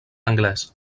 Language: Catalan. anglès